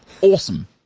Awesome